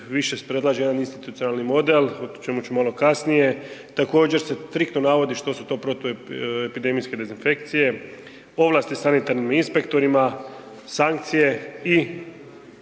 više se predlaže jedan institucionalni model o čemu ću malo kasnije, također se striktno navodi što su to protuepidemijske dezinfekcije, ovlasti sanitarnim inspektorima, sankcije i